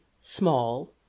Small